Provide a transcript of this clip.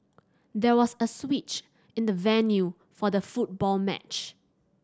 there was a switch in the venue for the football match